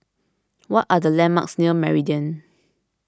what are the landmarks near Meridian